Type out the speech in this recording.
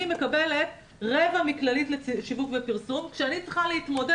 17 באוגוסט 2020. אני מתכבד לפתוח את ישיבת הוועדה שתכלול